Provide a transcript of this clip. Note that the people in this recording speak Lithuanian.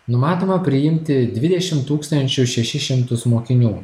numatoma priimti dvidešim tūkstančių šešis šimtus mokinių